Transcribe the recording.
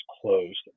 closed